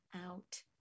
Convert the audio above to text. out